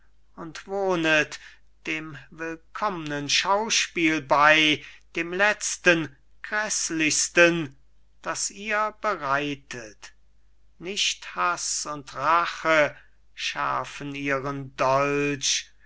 und wohnet dem willkommnen schauspiel bei dem letzten gräßlichsten das ihr bereitet nicht haß und rache schärfen ihren dolch